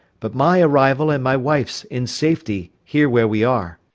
but my arrival, and my wife's, in safety here, where we are.